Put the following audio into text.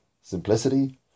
simplicity